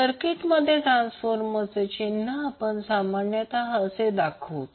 सर्किटमध्ये ट्रान्सफॉर्मरचे चिन्ह आपण सामान्यतः असे दाखवतो